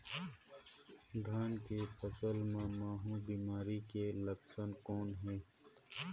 धान के फसल मे महू बिमारी के लक्षण कौन हे?